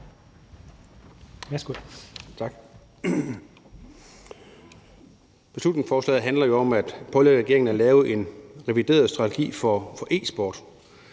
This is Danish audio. Værsgo.